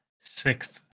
sixth